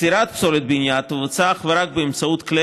אצירת פסולת בנייה תבוצע אך ורק באמצעות כלי